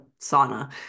sauna